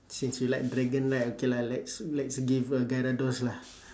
since you like dragon right okay lah let's let's give a gyarados lah